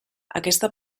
aquesta